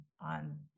on